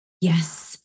Yes